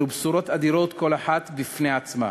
אלו בשורות אדירות, כל אחת בפני עצמה.